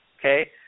okay